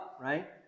right